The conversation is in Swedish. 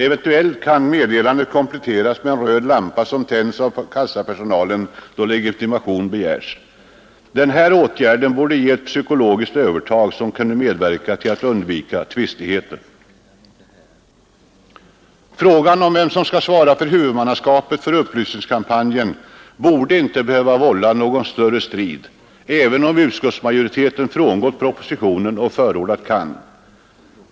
Eventuellt kan meddelandet kompletteras med en röd lampa, som tänds av kassa personalen då legitimation begärs. Denna åtgärd borde ge ett psykologiskt övertag, som kunde medverka till att undvika tvistigheter. Frågan om vem som skall svara för huvudmannaskapet för upplysningskampanjen borde inte behöva vålla någon större strid, även om utskottsmajoriteten frångått propositionen och förordar CAN.